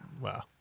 wow